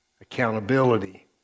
accountability